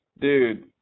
Dude